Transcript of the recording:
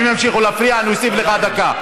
אם ימשיכו להפריע, אני אוסיף לך דקה.